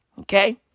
okay